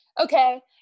Okay